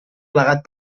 plegat